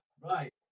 right